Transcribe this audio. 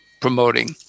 promoting